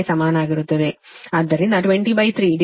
20492